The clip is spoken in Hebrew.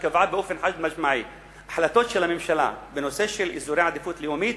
שקבעה באופן חד-משמעי: החלטות של הממשלה בנושא של אזורי עדיפות לאומית